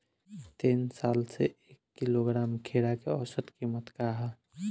तीन साल से एक किलोग्राम खीरा के औसत किमत का ह?